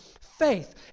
faith